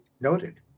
noted